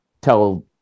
tell